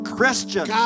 Christian